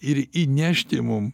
ir įnešti mum